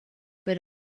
but